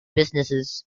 businesses